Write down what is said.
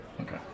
Okay